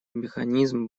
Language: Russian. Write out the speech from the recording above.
механизм